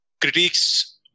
Critics